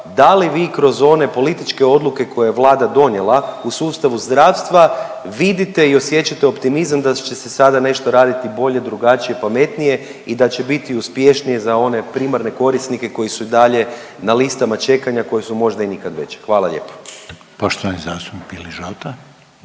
da li vi kroz one političke odluke koje je Vlada donijela u sustavu zdravstva vidite i osjećate optimizam da će se sada nešto raditi bolje, drugačije, pametnije i da će biti uspješnije za one primarne korisnike koji su i dalje na listama čekanja koje su možda i nikad veće. Hvala lijepo. **Reiner, Željko